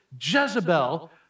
Jezebel